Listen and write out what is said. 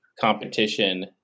competition